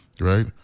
right